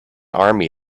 army